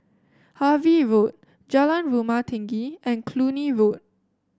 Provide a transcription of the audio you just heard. Harvey Road Jalan Rumah Tinggi and Cluny Road